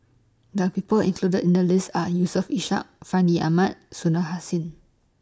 The People included in The list Are Yusof Ishak Fandi Ahmad Hussain